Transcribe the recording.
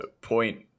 point